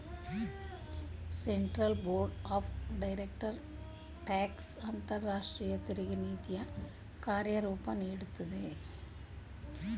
central board of direct tax ಅಂತರಾಷ್ಟ್ರೀಯ ತೆರಿಗೆ ನೀತಿಯ ಕಾರ್ಯರೂಪ ನೀಡುತ್ತದೆ